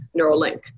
Neuralink